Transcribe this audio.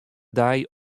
dei